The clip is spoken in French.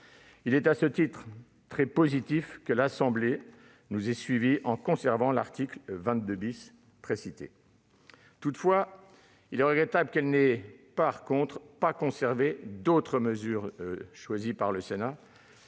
Il est, à ce titre, très positif que l'Assemblée nationale l'ait suivi en conservant l'article 22 B. Toutefois, il est regrettable qu'elle n'ait pas conservé d'autres mesures retenues par le Sénat,